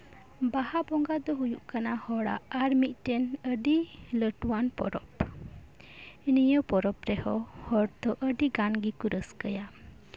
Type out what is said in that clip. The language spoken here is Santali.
ᱵᱟᱦᱟ ᱵᱚᱸᱜᱟ ᱫᱚ ᱦᱩᱭᱩᱜ ᱠᱟᱱᱟ ᱦᱚᱲᱟᱜ ᱟᱨ ᱢᱤᱫᱴᱮᱱ ᱟᱹᱰᱤ ᱞᱟᱹᱴᱩ ᱟᱱ ᱯᱚᱨᱚᱵᱽ ᱱᱚᱶᱟ ᱯᱚᱨᱚᱵᱽ ᱨᱮᱦᱚᱸ ᱦᱚᱲ ᱫᱚ ᱟᱹᱰᱤ ᱜᱟᱱ ᱜᱮᱠᱚ ᱨᱟᱹᱥᱠᱟᱹᱭᱟ